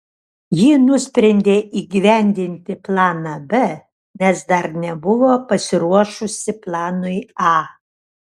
ji nusprendė įgyvendinti planą b nes dar nebuvo pasiruošusi planui a